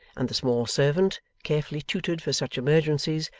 and the small servant, carefully tutored for such emergencies,